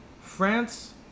France